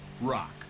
Rock